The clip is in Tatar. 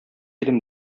идем